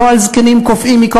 לא על זקנים קופאים מקור,